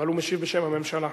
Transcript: אבל הוא משיב בשם הממשלה.